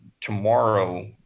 tomorrow